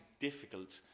difficult